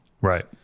right